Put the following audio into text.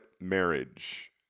marriage